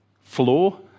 floor